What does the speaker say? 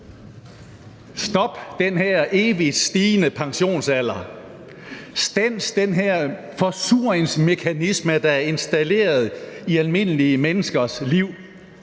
Stop den her evigt stigende pensionsalder! Stands den her forsuringsmekanisme, der er installeret i almindelige menneskers liv!